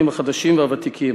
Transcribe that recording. חברי הכנסת החדשים והוותיקים,